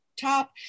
top